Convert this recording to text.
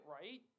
right